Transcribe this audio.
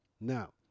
Now